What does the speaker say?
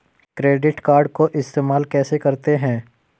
Credit card को इस्तेमाल कैसे करते हैं?